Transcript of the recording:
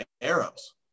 arrows